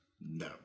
No